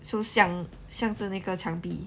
向着那个墙壁